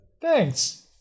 Thanks